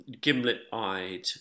Gimlet-eyed